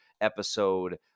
episode